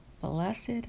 blessed